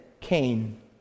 Cain